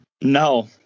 No